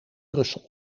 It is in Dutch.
brussel